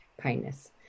kindness